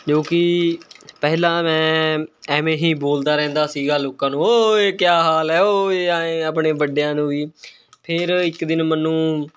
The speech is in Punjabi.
ਜੋ ਕਿ ਪਹਿਲਾਂ ਮੈਂ ਐਵੇਂ ਹੀ ਬੋਲਦਾ ਰਹਿੰਦਾ ਸੀਗਾ ਲੋਕਾਂ ਨੂੰ ਓਏ ਕਿਆ ਹਾਲ ਹੈ ਓਏ ਐਂ ਆਪਣੇ ਵੱਡਿਆਂ ਨੂੰ ਵੀ ਫਿਰ ਇੱਕ ਦਿਨ ਮੈਨੂੰ